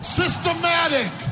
systematic